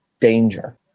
danger